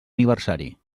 aniversari